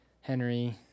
Henry